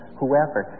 whoever